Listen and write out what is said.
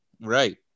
right